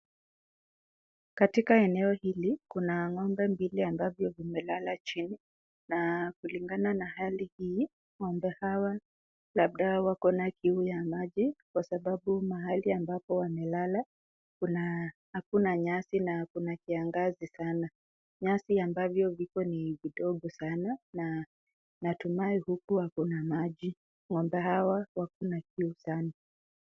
Katika eneo hili kuna ng'ombe mbili ambavyo vimelala chini na kulingana na hali hii ng'ombe hawa labda wako na kiu ya maji kwa sababu mahali ambapo wamelala hakuna nyasi na kuna kiangazi sana nyasi ambavyo viko ni vidogo sana na natumai huku hakuna maji, ng'ombe hawa wako kiu sana.